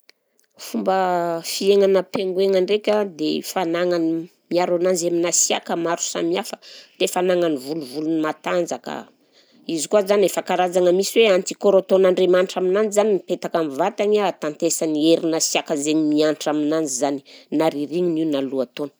Fomba fiaignana pinguin ndraika dia fanagnany miaro ananjy amin'ny hasiaka maro samihafa dia ny fanagnany volovolo matanjaka, izy koa zany efa karazana misy hoe anti corps ataon'Andriamanitra aminanjy zany mipetaka amin'ny vatagny an ahatantesany ny herin'ny hasiaka zegny mihatra aminazy zany na rirignina io na lohataona